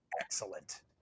Excellent